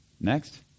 next